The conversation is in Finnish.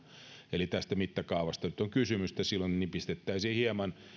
eli tästä mittakaavasta nyt on kysymys silloin nipistettäisiin hieman